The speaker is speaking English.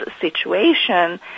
situation